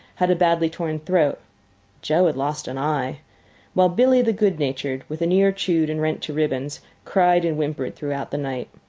had a badly torn throat joe had lost an eye while billee, the good-natured, with an ear chewed and rent to ribbons, cried and whimpered throughout the night.